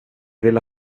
ville